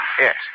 Yes